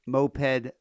Moped